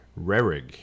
Rerig